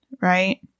right